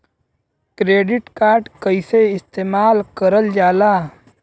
Credit card कईसे इस्तेमाल करल जाला?